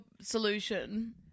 solution